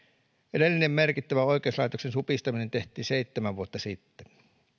edellinen merkittävä oikeuslaitoksen supistaminen tehtiin seitsemän vuotta sitten